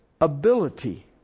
Ability